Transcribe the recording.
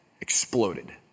exploded